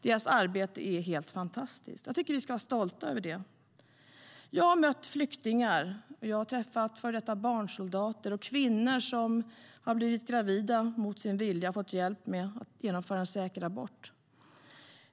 Deras arbete är helt fantastiskt. Jag tycker att vi ska vara stolta över det. Jag har mött flyktingar, före detta barnsoldater och kvinnor som blivit gravida mot sin vilja och fått hjälp att genomföra en säker abort.